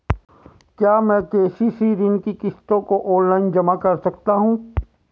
क्या मैं के.सी.सी ऋण की किश्तों को ऑनलाइन जमा कर सकता हूँ?